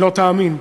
לא תאמין,